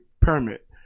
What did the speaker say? permit